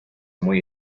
muy